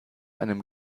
einem